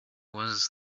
was